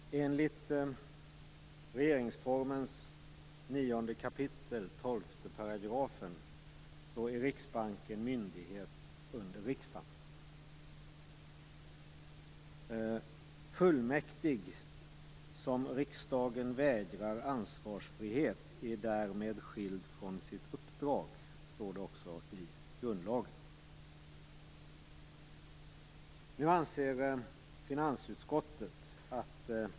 Herr talman! Enligt regeringsformens 9 kap. 12 § är Riksbanken myndighet under riksdagen. Fullmäktig som riksdagen vägrar ansvarsfrihet är därmed skild från sitt uppdrag, står det också i grundlagen.